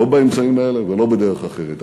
לא באמצעים האלה ולא בדרך אחרת,